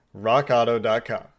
Rockauto.com